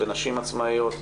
נשים עצמאיות,